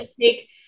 take